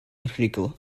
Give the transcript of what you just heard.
rhugl